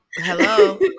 Hello